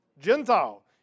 Gentile